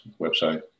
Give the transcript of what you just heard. website